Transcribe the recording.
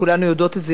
כולנו יודעות את זה,